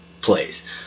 plays